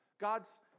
God's